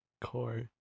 Core